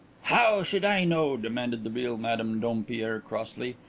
how should i know? demanded the real madame dompierre crossly.